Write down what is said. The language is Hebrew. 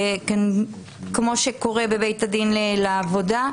כמו שקורה בבית הדין לעבודה,